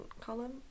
column